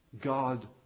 God